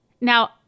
Now